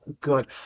good